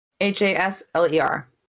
H-A-S-L-E-R